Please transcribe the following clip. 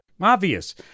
Obvious